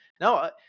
no